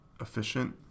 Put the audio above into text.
efficient